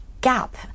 gap